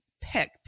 pick